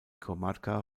comarca